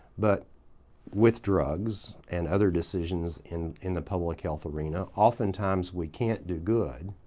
but with drugs and other decisions in in the public health arena, oftentimes we can't do good,